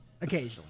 Occasionally